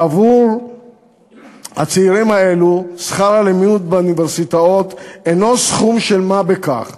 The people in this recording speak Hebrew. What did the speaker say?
בעבור הצעירים האלה שכר הלימוד באוניברסיטאות אינו סכום של מה בכך,